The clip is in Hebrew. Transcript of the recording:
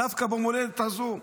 דווקא במולדת הזו,